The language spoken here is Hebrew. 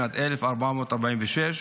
שנת 1446,